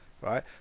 Right